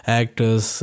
actors